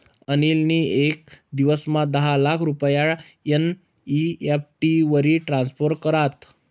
अनिल नी येक दिवसमा दहा लाख रुपया एन.ई.एफ.टी वरी ट्रान्स्फर करात